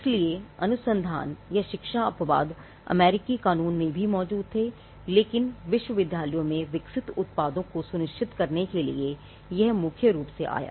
इसलिए अनुसंधान या शिक्षा अपवाद अमेरिकी कानून में भी मौजूद थे लेकिन विश्वविद्यालयों में विकसित उत्पादों को सुनिश्चित करने के लिए यह मुख्य रूप से आया